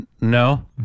no